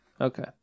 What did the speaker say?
Okay